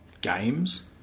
games